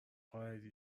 قائدی